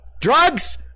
Drugs